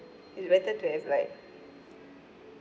it's better to have like